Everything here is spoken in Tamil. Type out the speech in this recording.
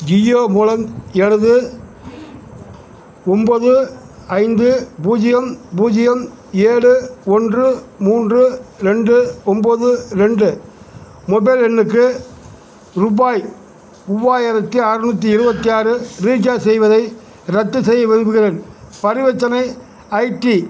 ஜியோ மூலம் எனது ஒம்பது ஐந்து பூஜ்ஜியம் பூஜ்ஜியம் ஏழு ஒன்று மூன்று ரெண்டு ஒம்பது ரெண்டு மொபைல் எண்ணுக்கு ரூபாய் மூவாயிரத்து அறநூற்றி இருபத்தி ஆறு ரீசார்ஜ் செய்வதை ரத்துசெய்ய விரும்புகிறேன் பரிவர்த்தனை ஐடி